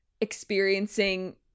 experiencing